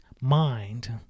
mind